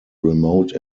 remote